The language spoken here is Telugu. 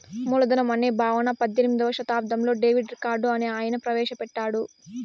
మూలధనం అనే భావన పద్దెనిమిదో శతాబ్దంలో డేవిడ్ రికార్డో అనే ఆయన ప్రవేశ పెట్టాడు